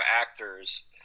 actors